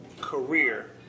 career